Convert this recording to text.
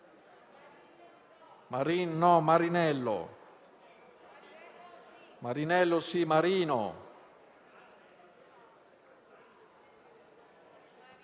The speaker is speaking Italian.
Marinello,